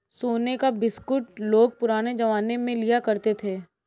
सोने का बिस्कुट लोग पुराने जमाने में लिया करते थे